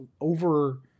over